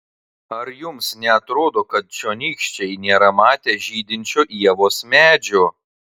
ar jums neatrodo kad čionykščiai nėra matę žydinčio ievos medžio